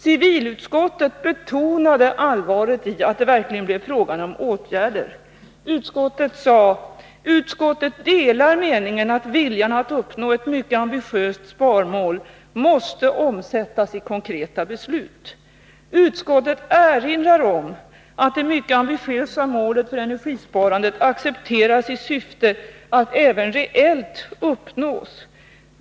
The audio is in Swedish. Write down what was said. Civilutskottet betonade allvaret i att det verkligen blev fråga om åtgärder och sade: ”Utskottet delar ——— meningen att viljan att uppnå ett mycket ambitiöst sparmål måste omsättas i konkreta beslut. ——-— Utskottet erinrar —-—— om att det mycket ambitiösa målet för energisparandet accepteras i syfte att även reellt uppnås.